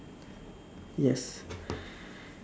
yes